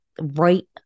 right